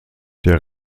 der